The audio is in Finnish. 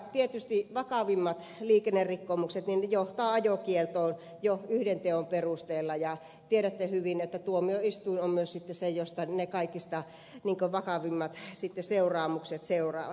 tietysti vakavimmat liikennerikkomukset johtavat ajokieltoon jo yhden teon perusteella ja tiedätte hyvin että tuomioistuin on myös se josta ne kaikista vakavimmat seuraamukset seuraavat